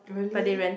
really